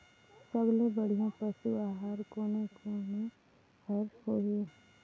सबले बढ़िया पशु आहार कोने कोने हर होही ग?